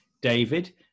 David